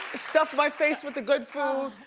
stuff my face with the good food.